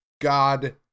God